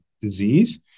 disease